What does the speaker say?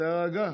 תירגע.